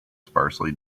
sparsely